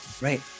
Right